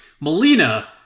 Melina